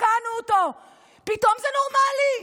פתאום זה נורמלי,